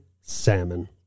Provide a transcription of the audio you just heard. salmon